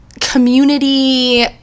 community